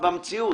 במציאות.